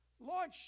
Lord